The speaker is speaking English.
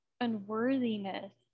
unworthiness